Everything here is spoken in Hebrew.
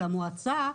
למועצה,